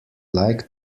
like